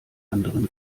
anderen